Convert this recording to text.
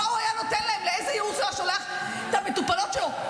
מה היה נותן להן ולאיזה ייעוץ הוא היה שולח את המטופלות שלו,